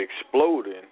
exploding –